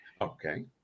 okay